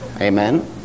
Amen